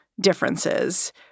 differences